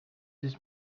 this